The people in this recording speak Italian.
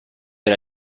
era